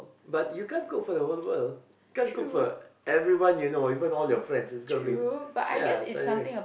but you can't cook for your whole world can't cook for everyone you know even all your friends is going to be yeah tiring